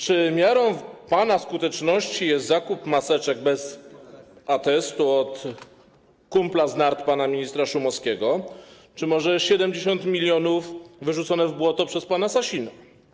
Czy miarą pana skuteczności jest zakup maseczek bez atestu od kumpla z nart pana ministra Szumowskiego, czy może 70 mln wyrzucone w błoto przez pana Sasina?